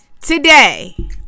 Today